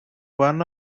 one